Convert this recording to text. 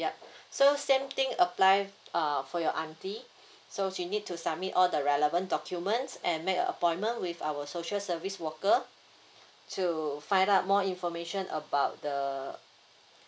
yup so same thing applies err for your aunty so she need to submit all the relevant documents and make an appointment with our social service worker to find out more information about the